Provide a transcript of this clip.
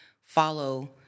follow